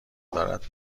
دارد